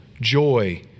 joy